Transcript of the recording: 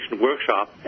workshop